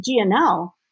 GNL